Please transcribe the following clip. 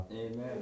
Amen